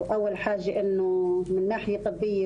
במשרד הפנים אנחנו צריכים כל הזמן